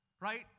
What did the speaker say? right